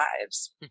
lives